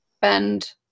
bend